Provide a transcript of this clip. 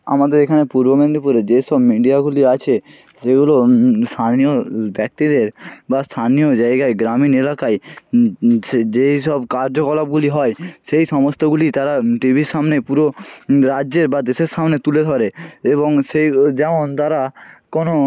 আমাদের এখানে পূর্ব মেদিনীপুরে যে সব মিডিয়াগুলি আছে সেগুলো স্থানীয় ব্যক্তিদের বা স্থানীয় জায়গায় গ্রামীণ এলাকায় সে যেই সব কার্যকলাপগুলি হয় সেই সমস্তগুলি তারা টি ভির সামনে পুরো রাজ্যের বা দেশের সামনে তুলে ধরে এবং সেই যেমন তারা কোনো